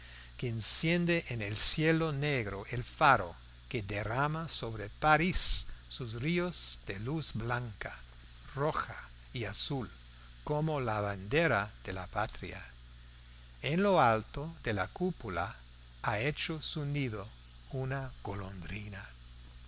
que enciende en el cielo negro el faro que derrama sobre parís sus ríos de luz blanca roja y azul como la bandera de la patria en lo alto de la cúpula ha hecho su nido una golondrina por